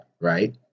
right